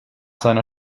seiner